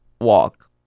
walk